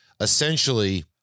essentially